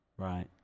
Right